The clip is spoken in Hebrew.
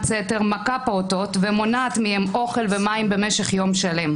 סתר מכה פעוטות ומונעת מהם אוכל ומים במשך יום שלם.